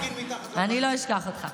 אני לא אשכח אותך.